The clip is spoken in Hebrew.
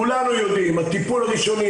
כולנו יודעים הטיפול הראשוני,